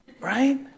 Right